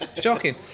shocking